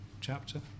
chapter